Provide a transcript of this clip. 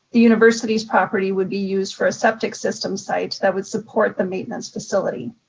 the university's property would be used for a septic system site that would support the maintenance facility.